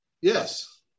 Yes